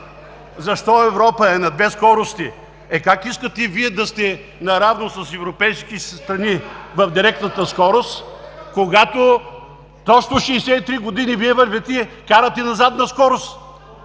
защо Европа е на две скорости? Е, как искате Вие да сте наравно с европейските страни в директната скорост, когато просто 63 години Вие карате на задна скорост?